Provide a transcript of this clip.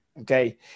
Okay